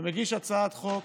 ומגיש הצעת חוק